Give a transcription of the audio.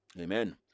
Amen